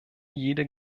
jede